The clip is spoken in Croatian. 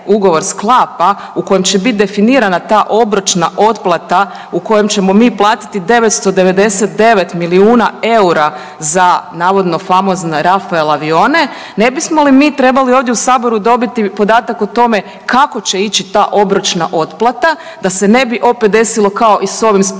ugovor sklapa u kojem će biti definirana ta obročna otplata u kojem ćemo mi platiti 999 milijuna eura za navodno famozne Rafael avione ne bismo li mi trebali ovdje u Saboru dobiti podatak o tome kako će ići ta obročna otplata da se ne bi opet desilo kao i sa ovim Sporazumom